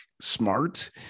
smart